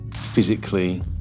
physically